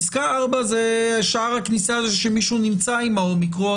פסקה 4 זה שער הכניסה שמישהו נמצא עם האומיקרון